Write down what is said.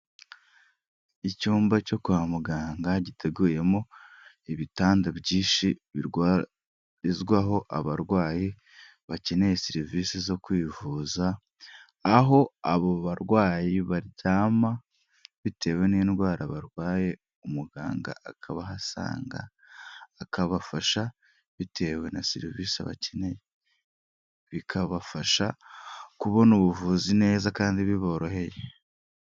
Icyumba cyo kwa muganga giteguyemo ibitanda byinshi birwarizwaho abarwayi bakeneye serivisi zo kwivuza, aho abo barwayi baryama, bitewe n'indwara barwaye umuganga akabahasanga, akabafasha bitewe na serivisi bakeneye, bikabafasha kubona ubuvuzi neza kandi biboroheye.